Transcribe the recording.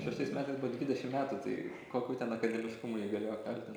šeštais metais buvo dvidešim metų tai kokiu ten akademiškumu jį galėjo kaltint